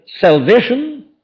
Salvation